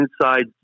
inside